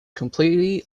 completely